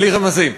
בלי רמזים.